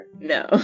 No